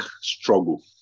struggle